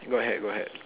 got hat got hat